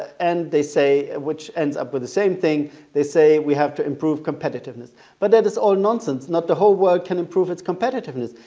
and they say which ends up with the same thing they say we have to improve competitiveness. but that is all nonsense. not the whole world can improve its competitiveness.